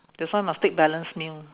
that's why must take balance meal